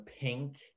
pink